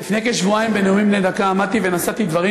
לפני כשבועיים עמדתי בנאומים בני דקה ונשאתי דברים,